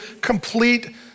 complete